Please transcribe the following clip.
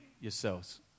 yourselves